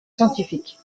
scientifique